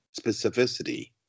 specificity